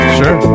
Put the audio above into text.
sure